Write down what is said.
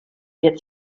get